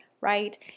right